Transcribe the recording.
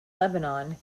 lebanon